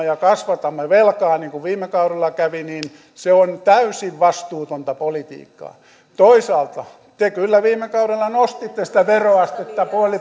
ja kasvatamme velkaa niin kuin viime kaudella kävi niin se on täysin vastuutonta politiikkaa toisaalta te kyllä viime kaudella nostitte sitä veroastetta